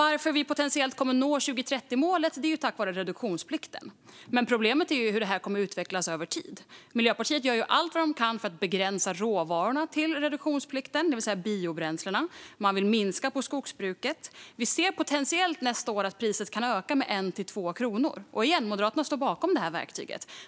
Att vi potentiellt kommer att nå 2030-målet är tack vare reduktionsplikten. Problemet är hur denna kommer att utvecklas över tid. Miljöpartiet gör ju allt man kan för att begränsa råvarorna till reduktionsplikten, det vill säga biobränslena. Man vill minska på skogsbruket. Vi ser potentiellt att priset nästa år kan öka med 1-2 kronor. Återigen, Moderaterna står bakom detta verktyg.